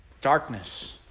Darkness